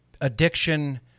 addiction